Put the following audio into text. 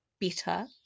better